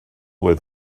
oedd